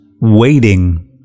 waiting